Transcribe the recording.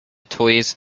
toys